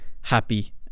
happy